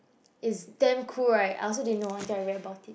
is damn cool right I also din know until I read about it